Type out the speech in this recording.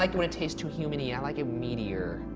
like when it tastes too humany. i like it meatier.